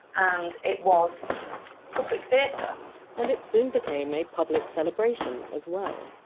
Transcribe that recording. and it was public theatre and it soon became a public celebration as well.